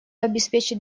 обеспечить